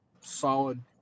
solid